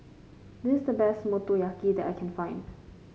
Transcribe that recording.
this is the best Motoyaki that I can find